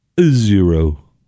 zero